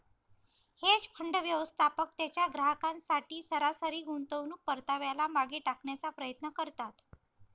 hedge fund, व्यवस्थापक त्यांच्या ग्राहकांसाठी सरासरी गुंतवणूक परताव्याला मागे टाकण्याचा प्रयत्न करतात